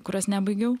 kurios nebaigiau